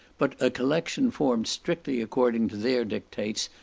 but a collection formed strictly according to their dictates,